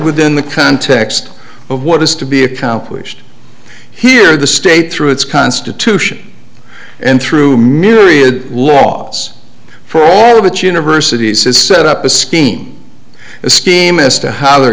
within the context of what is to be accomplished here the state through its constitution and through myriad logs for all of its universities has set up a scheme a scheme as to how they